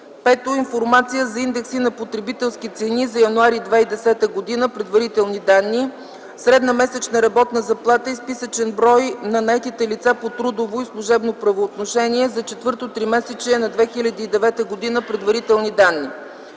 - Информация за индекси на потребителски цени за м. януари 2010 г. – предварителни данни, средна месечна работна заплата и списъчен брой на наетите лица по трудово и служебно правоотношение за четвъртото тримесечие на 2009 г. – предварителни данни.